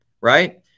right